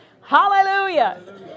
Hallelujah